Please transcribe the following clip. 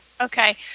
okay